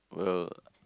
well